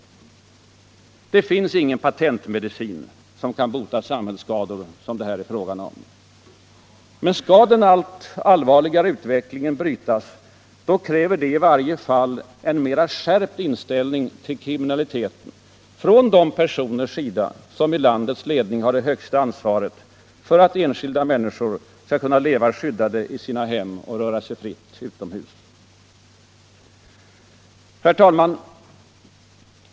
Det finns ingen patentmedicin som kan bota de samhällsskador som det här är fråga om. Men skall den allt allvarligare utvecklingen brytas, då kräver detta i varje fall en mera skärpt inställning till kriminaliteten från de personers sida, som i landets ledning bär det högsta ansvaret för att enskilda människor skall kunna leva skyddade i sina hem och röra sig fritt utomhus. Herr talman!